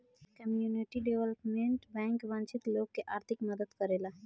community development bank वंचित लोग के आर्थिक मदद करेला